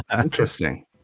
interesting